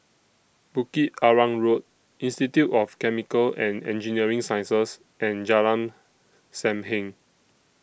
Bukit Arang Road Institute of Chemical and Engineering Sciences and Jalan SAM Heng